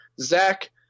Zach